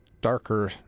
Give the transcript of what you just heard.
darker